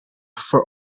for